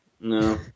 No